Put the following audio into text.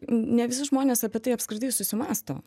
ne visi žmonės apie tai apskritai susimąsto